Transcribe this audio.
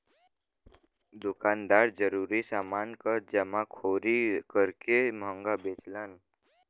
दुकानदार जरूरी समान क जमाखोरी करके महंगा बेचलन